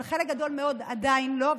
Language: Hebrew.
אבל חלק גדול מאוד עדיין לא,